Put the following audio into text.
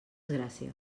gràcies